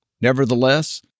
Nevertheless